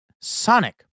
Sonic